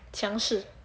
强势